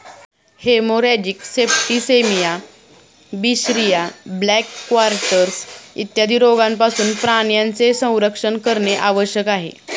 haemorrhagic septicaemia, बिशरिया, black quarters इत्यादी रोगांपासून प्राण्यांचे संरक्षण करणे आवश्यक आहे